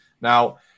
Now